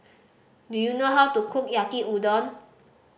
do you know how to cook Yaki Udon